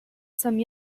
some